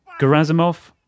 Gerasimov